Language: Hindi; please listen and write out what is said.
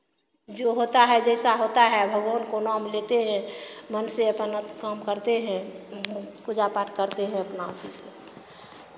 जो होता है जैसा होता है भगवान को नाम लेते हैं मन से अपना काम करते हैं पूजा पाठ करते हैं अपना फिर से